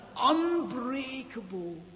unbreakable